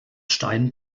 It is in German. stein